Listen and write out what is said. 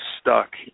stuck